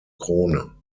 krone